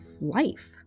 life